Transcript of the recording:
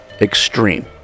extreme